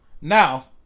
Now